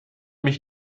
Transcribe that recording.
mich